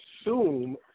assume